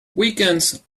weekends